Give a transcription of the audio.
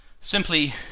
simply